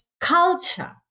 culture